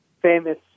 famous